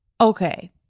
Okay